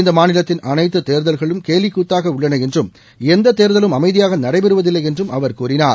இந்த மாநிலத்தின் அனைத்து தேர்தல்களும் கேலிக்கூத்தாக உள்ளன என்றும் எந்த தேர்தலும் அமைதியாக நடைபெறுவதில்லை என்றும் அவர் கூறினார்